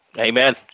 Amen